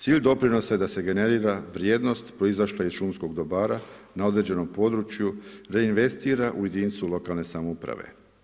Cilj doprinosa je da se generira vrijednost proizašla iz šumskog dobara na određenom području, da investira u jedinicu lokalne samouprave.